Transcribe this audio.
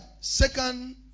second